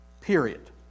Period